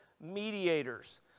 mediators